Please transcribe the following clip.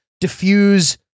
diffuse